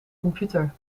computer